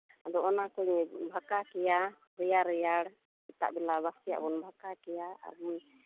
ᱟᱫᱚ ᱚᱱᱟ ᱠᱚᱧ ᱵᱷᱟᱠᱟ ᱠᱮᱭᱟ ᱨᱮᱭᱟᱲ ᱨᱮᱭᱟᱲ ᱥᱮᱛᱟᱜ ᱵᱮᱞᱟ ᱵᱟᱥᱠᱮᱭᱟᱜ ᱵᱚᱱ ᱵᱷᱟᱠᱟ ᱠᱮᱭᱟ ᱟᱨᱵᱚᱱ